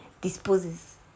disposes